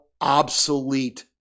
obsolete